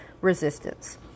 resistance